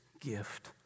gift